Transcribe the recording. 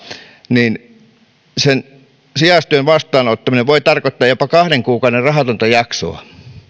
sen sijaistyön vastaanottaminen voi tarkoittaa jopa kahden kuukauden rahatonta jaksoa